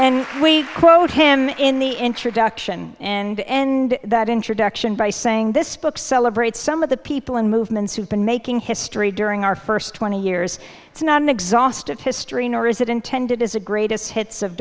quote him in the introduction and end that introduction by saying this book celebrates some of the people in movements who've been making history during our first twenty years it's not an exhaustive history nor is it intended as a greatest hits of